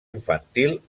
infantil